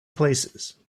places